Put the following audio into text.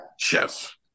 Chef